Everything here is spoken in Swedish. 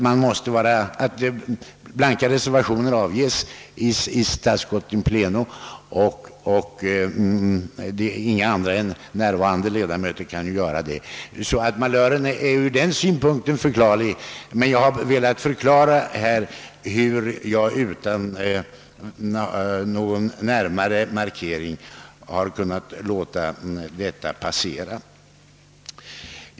Det är ju praxis att blanka reservationer avges i statsutskottet in pleno och att inga andra än närvarande ledamöter kan göra det, så att malören är ur den synpunkten förklarlig, men jag har här velat meddela anledningen till att detta har kunnat passera.